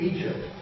Egypt